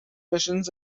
missions